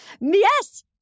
Yes